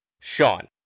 Sean